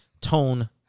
tone